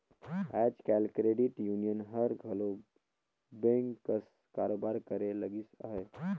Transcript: आएज काएल credit union हर घलो बेंक कस कारोबार करे लगिस अहे